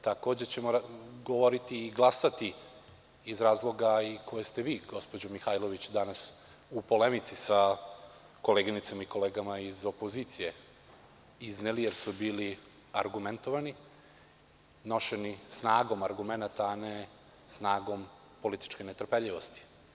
Takođe ćemo govoriti i glasati iz razloga i koje ste vi, gospođo Mihajlović, danas u polemici sa koleginicama i kolegama iz opozicije izneli, jer su bili argumentovani, nošeni snagom argumenata, a ne snagom političke netrpeljivosti.